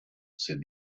said